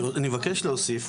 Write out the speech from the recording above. אני מבקש להוסיף.